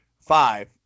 five